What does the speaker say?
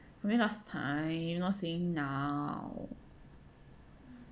I mean last time not saying now